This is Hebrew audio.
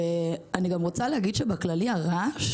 ואני גם רוצה להגיד שבאופן כללי, הרעש